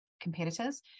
competitors